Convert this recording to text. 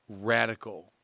radical